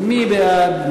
מי בעד?